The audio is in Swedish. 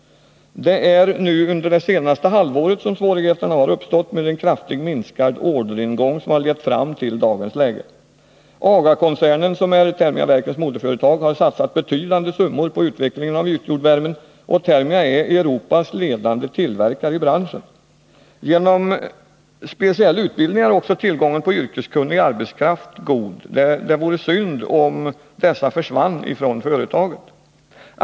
Det är under det senaste halvåret som svårigheterna har uppstått med en kraftigt minskad orderingång, som har lett fram till dagens läge. AGA-koncernen, som är Thermia-Verkens moderföretag, har satsat betydande summor på utvecklingen av ytjordvärmen. Thermia är Europas ledande tillverkare i branschen. Genom speciell utbildning är också tillgången på yrkeskunnig arbetskraft god. Det vore synd om denna försvann från företaget.